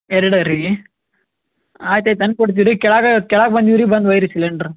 ಎರಡು ರೀ ಆಯ್ತು ಆಯ್ತು ತಂದ್ಕೊಡ್ತೀವಿ ರೀ ಕೆಳಗೆ ಕೆಳಗೆ ಬಂದೀವಿ ರೀ ಬಂದು ಒಯ್ಯಿರಿ ಸಿಲಿಂಡ್ರ್